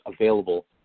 available